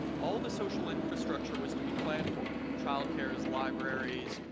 all of the social infrastructure was to be planned for. child cares, libraries,